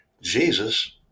Jesus